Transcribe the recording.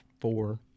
four